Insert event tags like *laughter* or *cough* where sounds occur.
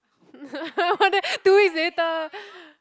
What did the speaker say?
*laughs* two weeks later